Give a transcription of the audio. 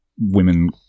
women